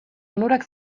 onurak